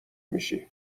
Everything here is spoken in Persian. میشی